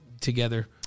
together